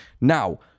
Now